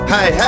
Hey